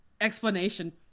explanation